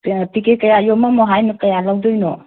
packet ꯀꯌꯥ ꯌꯣꯝꯃꯝꯃꯣ ꯍꯥꯏꯅꯣ ꯀꯌꯥ ꯂꯧꯗꯣꯏꯅꯣ